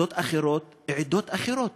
דתות אחרות ועדות אחרות.